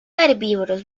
herbívoros